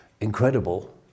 incredible